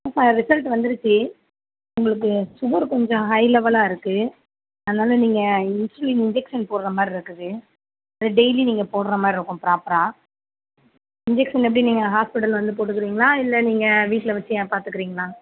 sir result வந்திருச்சு உங்களுக்கு sugar கொஞ்சம் ஹை லெவலாக இருக்குது அதனால நீங்கள் இன்சுலின் இன்ஜெக்க்ஷன் போடுகிற மாதிரி இருக்குது டெய்லி நீங்கள் போடுகிற மாதிரி இருக்கும் ப்ராப்பராக இன்ஜெக்க்ஷன் எப்படி நீங்கள் ஹாஸ்பிட்டல் வந்து போட்டுக்கிறீங்களா இல்லை நீங்கள் வீட்டில் வச்சு பார்த்துக்குறீங்களா